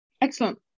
Excellent